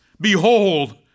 Behold